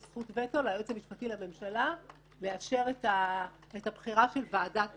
יש זכות וטו ליועץ המשפטי לממשלה לאשר את הבחירה של ועדת